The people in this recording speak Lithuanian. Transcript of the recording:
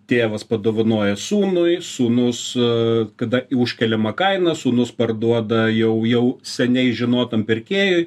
tėvas padovanojo sūnui sūnus su kada i užkeliama kaina sūnus parduoda jau jau seniai žinotam pirkėjui